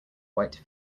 white